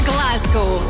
Glasgow